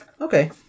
Okay